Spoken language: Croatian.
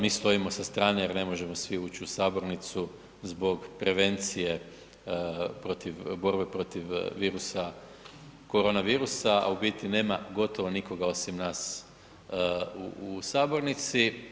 Mi stojimo sa strane jer ne možemo svi ući u sabornicu zbog prevencije protiv, borbe protiv virusa, koronavirusa, a u biti nema gotovo nikoga osim nas u sabornici.